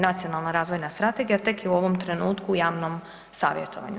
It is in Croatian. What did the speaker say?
Nacionalna razvojna strategija tek je u ovom trenutku u javnom savjetovanju.